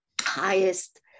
highest